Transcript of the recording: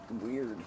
Weird